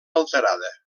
alterada